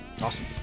Awesome